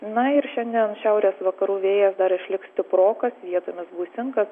na ir šiandien šiaurės vakarų vėjas dar išliks stiprokas vietomis gūsingas